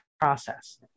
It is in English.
process